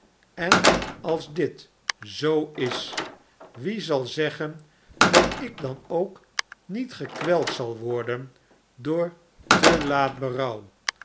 en als dit zoo is wie zal zeggen dat ik dan ook niet gekweld zal worden door te laat berouw